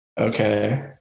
Okay